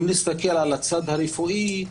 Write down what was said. אם נסתכל על הצד הרפואי,